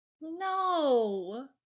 No